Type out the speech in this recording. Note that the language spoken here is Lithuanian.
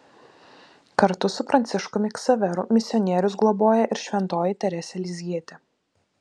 kartu su pranciškumi ksaveru misionierius globoja ir šventoji teresė lizjietė